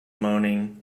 moaning